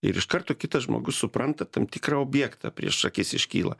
ir iš karto kitas žmogus supranta tam tikrą objektą prieš akis iškyla